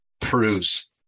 proves